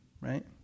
right